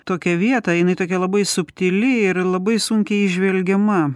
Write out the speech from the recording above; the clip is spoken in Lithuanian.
tokią vietą jinai tokia labai subtili ir labai sunkiai įžvelgiama